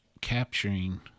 capturing